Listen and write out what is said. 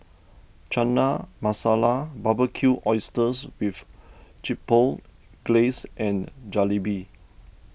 Chana Masala Barbecued Oysters with Chipotle Glaze and Jalebi